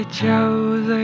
chose